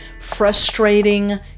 frustrating